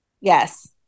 Yes